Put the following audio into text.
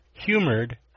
humored